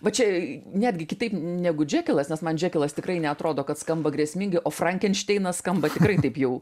va čia netgi kitaip negu džekelas nes man džekelas tikrai neatrodo kad skamba grėsmingai o frankenšteinas skamba tikrai taip jau